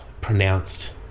pronounced